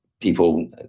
people